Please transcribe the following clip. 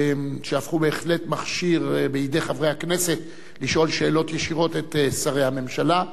שהפכו בהחלט מכשיר בידי חברי הכנסת לשאול שאלות ישירות את שרי הממשלה,